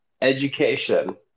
education